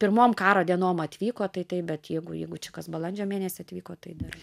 pirmom karo dienom atvyko tai taip bet jeigu jeigu čia kas balandžio mėnesį atvyko tai dar